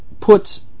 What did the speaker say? puts